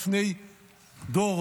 לפני דור,